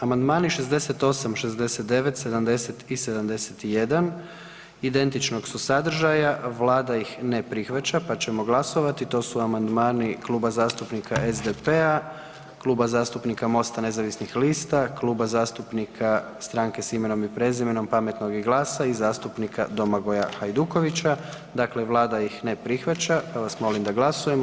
Amandmani 68., 69., 70. i 71. identičnog su sadržaja, Vlada ih ne prihvaća pa ćemo glasovati to su amandmani Kluba zastupnika SDP-a, Kluba zastupnika MOST-a nezavisnih lista, Kluba zastupnika Stranke s imenom i prezimenom, Pametnog i GLAS-a i zastupnika Domagoja Hajdukovića, dakle vlada ih ne prihvaća, pa vas molim da glasujemo.